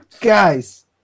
Guys